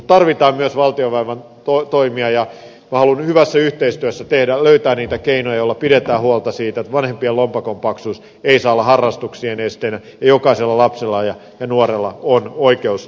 mutta tarvitaan myös valtiovallan toimia ja minä haluan hyvässä yhteistyössä löytää niitä keinoja joilla pidetään huolta siitä että vanhempien lompakon paksuus ei saa olla harrastuksien esteenä ja jokaisella lapsella ja nuorella on oikeus harrastukseen